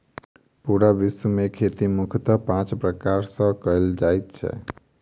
पूरा विश्व मे खेती मुख्यतः पाँच प्रकार सॅ कयल जाइत छै